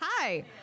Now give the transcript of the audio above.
Hi